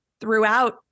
throughout